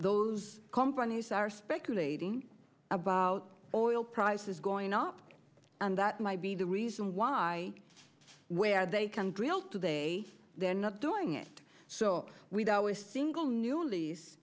those companies are speculating about oil prices going up and that might be the reason why where they can drill today they're not doing it so we don't always single new lease